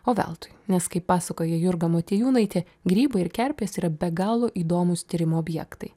o veltui nes kaip pasakoja jurga motiejūnaitė grybai ir kerpės yra be galo įdomūs tyrimų objektai